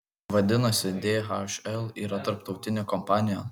vadinasi dhl yra tarptautinė kompanija